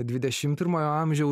dvidešim pirmojo amžiau